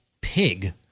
pig